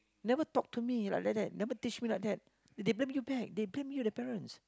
never talk to me like like that never teach like that they blame you back they blame you the parents